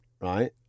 right